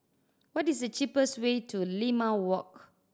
what is the cheapest way to Limau Walk